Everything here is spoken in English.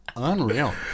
unreal